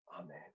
amen